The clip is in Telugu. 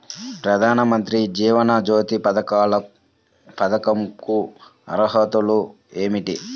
ప్రధాన మంత్రి జీవన జ్యోతి పథకంకు అర్హతలు ఏమిటి?